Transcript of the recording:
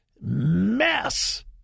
mess